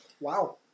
wow